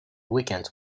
weekends